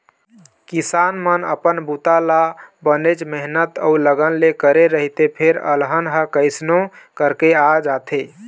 किसान मन अपन बूता ल बनेच मेहनत अउ लगन ले करे रहिथे फेर अलहन ह कइसनो करके आ जाथे